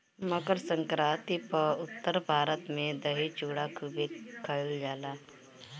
मकरसंक्रांति पअ उत्तर भारत में दही चूड़ा खूबे खईल जाला